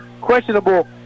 questionable